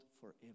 forever